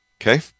okay